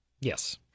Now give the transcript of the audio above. Yes